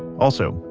also,